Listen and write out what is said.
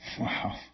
Wow